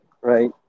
right